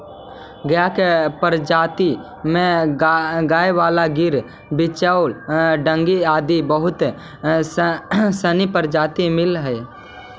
गाय के प्रजाति में गयवाल, गिर, बिच्चौर, डांगी आदि बहुत सनी प्रजाति मिलऽ हइ